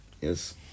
Yes